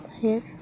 Yes